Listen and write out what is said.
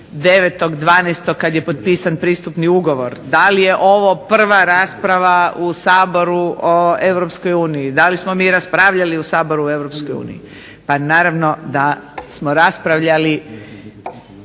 9.12. kad je potpisan Pristupni ugovor. Da li je ovo prva rasprava u Saboru o Europskoj uniji, da li smo mi raspravljali u Saboru o Europskoj uniji. Pa naravno da smo raspravljali.